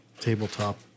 tabletop